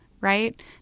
right